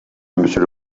monsieur